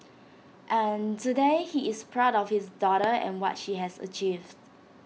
and today he is proud of his daughter and what she has achieved